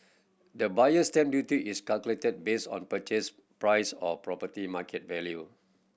the Buyer's Stamp Duty is calculated based on purchase price or property market value